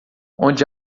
onde